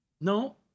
No